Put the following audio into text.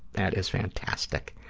that is fantastic.